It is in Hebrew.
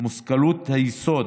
מושכלות היסוד